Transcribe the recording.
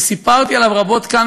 שסיפרתי עליו רבות כאן,